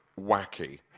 wacky